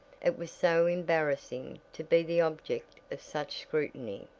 it was so embarassing to be the object of such scrutiny.